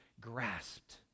grasped